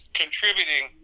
contributing